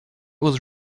was